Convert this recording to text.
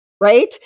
right